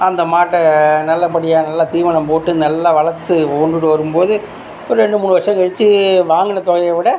அந்த மாட்டை நல்லபடியாக நல்ல தீவனம் போட்டு நல்லா வளர்த்து கொண்டுட்டு வரும்போது ஒரு ரெண்டு மூணு வருஷம் கழிச்சு வாங்கின தொகையை விட